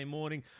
morning